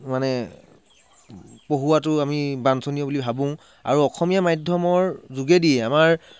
আমাৰ শিশুসকলক পঢ়োৱাটো বাঞ্ছনীয় বুলি ভাবোঁ আৰু অসমীয়া মাধ্যমৰ যোগেদি আমাৰ